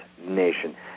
nation